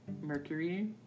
Mercury